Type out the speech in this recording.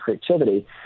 creativity